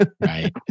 Right